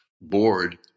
board